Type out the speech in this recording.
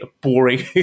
boring